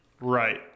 Right